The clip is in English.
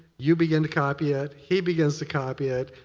you begin to copy it, he begins to copy it,